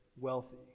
wealthy